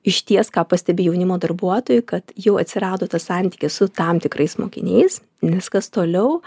išties ką pastebi jaunimo darbuotojai kad jau atsirado tas santykis su tam tikrais mokiniais nes kas toliau